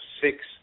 six